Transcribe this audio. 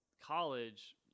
college